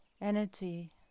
energy